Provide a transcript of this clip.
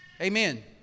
Amen